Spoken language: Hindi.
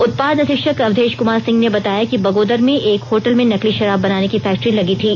उत्पाद अधीक्षक अवधेश कुमार सिंह ने बताया कि बगोदर में एक होटल में नकली शराब बनाने की फैक्ट्री लगी थी